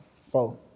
four